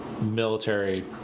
military